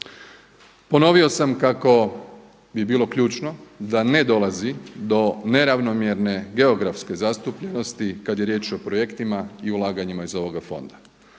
Ponovio sam kako bi bilo ključno da ne dolazi do neravnomjerne geografske zastupljenosti kada je riječ o projektima i ulaganjima iz ovoga fonda.